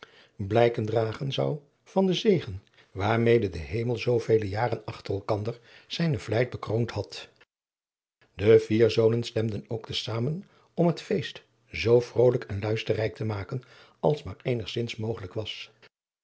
blijken dragen zou van den zegen waarmede de hemel zoovele jaren achter elkander zijne vlijt bckroond had de vier zonen stemadriaan loosjes pzn het leven van hillegonda buisman den ook te zamen om het feest zoo vrolijk en luisterrijk te maken als maar eenigzins mogelijk was